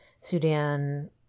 Sudan